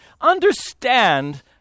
Understand